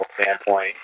standpoint